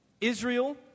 Israel